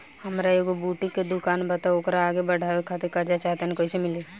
हमार एगो बुटीक के दुकानबा त ओकरा आगे बढ़वे खातिर कर्जा चाहि त कइसे मिली?